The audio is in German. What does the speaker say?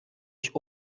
ich